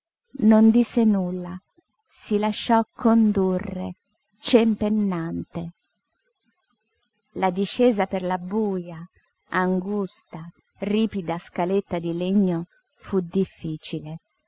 non disse nulla si lasciò condurre cempennante la discesa per la buja angusta ripida scaletta di legno fu difficile